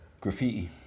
Graffiti